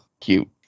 cute